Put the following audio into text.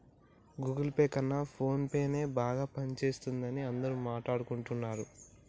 Google Pay కన్నా ఫోన్పేనే బాగా పనిజేత్తందని అందరూ మాట్టాడుకుంటన్నరు